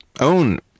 own